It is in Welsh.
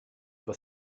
efo